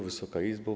Wysoka Izbo!